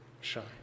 shine